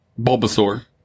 Bulbasaur